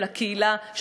של הקהילה,